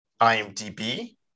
IMDb